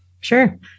Sure